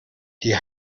die